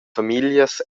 famiglias